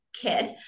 kid